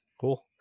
cool